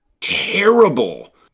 terrible